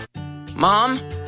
mom